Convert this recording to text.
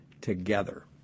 together